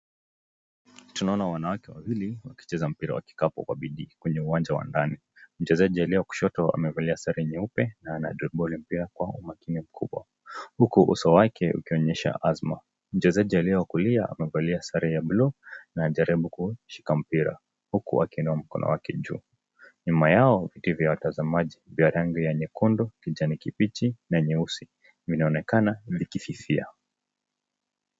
Tunaona wanawake wawili wakicheza mpira wa kikapu kwa bidii, kwenye uwanja wa ndani, mchezaji aliye kushoto amevalia sare nyeupe na anadriboli mpira kwa umakini mkubwa, huku uso wake ukionyesha azma mchezaji wa kulia amevalia sare ya buluu na anajaribu kushika mpira huku akiinua mkono wake juu. Nyuma yao ndivyo watazamaji nguo ya rangi nyekundu, kijani ya kibichi na nyeusi vinaonekana vikififia.